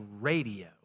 radio